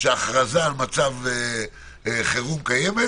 שההכרזה על מצב חירום קיימת,